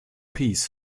peas